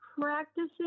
practicing